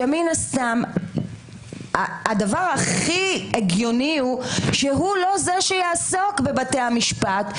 שמן הסתם הדבר הכי הגיוני הוא שהוא לא זה שיעסוק בבתי המשפט,